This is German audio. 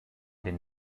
den